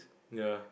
ya